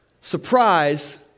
Surprise